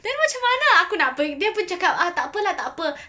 then macam mana aku nak per~ dia pun cakap ah tak apa tak apa